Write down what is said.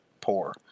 poor